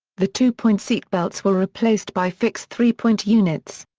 the two-point seatbelts were replaced by fixed three-point units.